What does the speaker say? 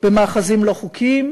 במאחזים לא חוקיים,